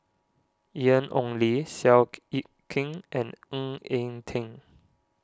Ian Ong Li Seow Yit Kin and Ng Eng Teng